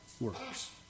works